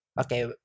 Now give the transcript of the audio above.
Okay